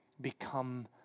become